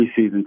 preseason